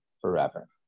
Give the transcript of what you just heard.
forever